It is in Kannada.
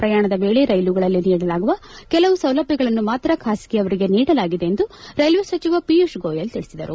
ಪ್ರಯಾಣದ ವೇಳೆ ರೈಲುಗಳಲ್ಲಿ ನೀಡಲಾಗುವ ಕೆಲವು ಸೌಲಭ್ಯಗಳನ್ನು ಮಾತ್ರ ಖಾಸಗಿಯವರಿಗೆ ನೀಡಲಾಗಿದೆ ಎಂದು ರೈಲ್ವೆ ಸಚಿವ ಪಿಯೂಶ್ ಗೋಯಲ್ ತಿಳಿಸಿದರು